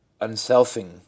unselfing